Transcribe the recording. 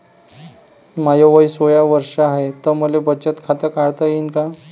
माय वय सोळा वर्ष हाय त मले बचत खात काढता येईन का?